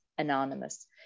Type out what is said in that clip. Anonymous